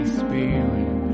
spirit